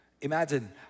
Imagine